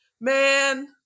man